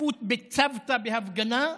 השתתפות בצוותא בהפגנה,